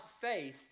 faith